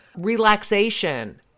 relaxation